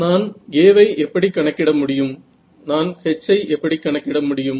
நான் A வை எப்படி கணக்கிட முடியும் நான் H ஐ எப்படி கணக்கிட முடியும்